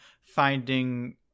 finding